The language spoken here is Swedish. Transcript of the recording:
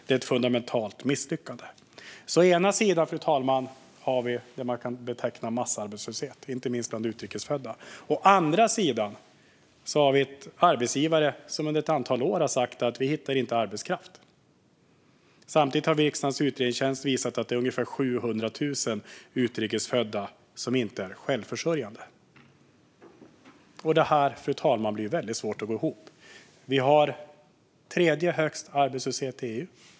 Det är ett fundamentalt misslyckande. Å ena sidan, fru talman, har vi alltså det man kan beteckna som massarbetslöshet, inte minst bland utrikes födda. Å andra sidan har vi arbetsgivare som under ett antal år har sagt att de inte hittar arbetskraft. Samtidigt har riksdagens utredningstjänst visat att ungefär 700 000 utrikes födda inte är självförsörjande. Det här, fru talman, är väldigt svårt att få ihop. Vi har den tredje högsta arbetslösheten i EU.